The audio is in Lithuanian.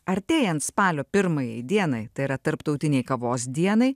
artėjant spalio pirmąjai dienai tai yra tarptautinei kavos dienai